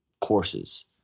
courses